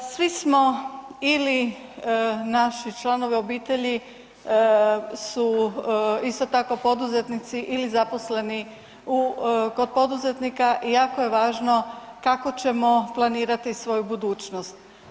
Svi smo ili naši članovi obitelji su isto tako poduzetnici ili zaposleni kod poduzetnika, jako je važno kako ćemo planirati svoju budućnost.